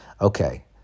Okay